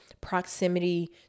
proximity